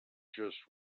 just